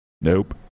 Nope